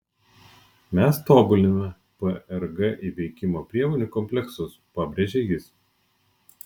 mes tobuliname prg įveikimo priemonių kompleksus pabrėžė jis